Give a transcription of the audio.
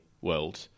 world